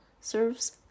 serves